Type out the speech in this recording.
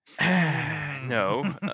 No